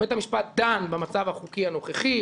בית המשפט דן במצב החוקי הנוכחי,